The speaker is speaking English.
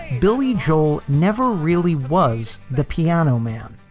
billy joel never really was the piano man.